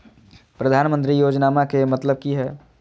प्रधानमंत्री योजनामा के मतलब कि हय?